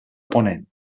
ponent